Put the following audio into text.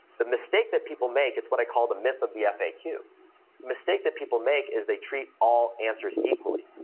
the mistake that people make it's what i call the myth of the yeah faq. the mistake that people make is they treat all answers equally.